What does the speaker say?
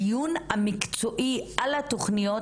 הדיון המקצועי על התוכניות,